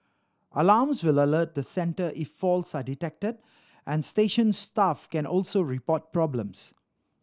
alarms will alert the centre if faults are detected and station staff can also report problems